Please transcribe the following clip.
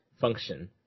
function